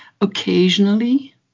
occasionally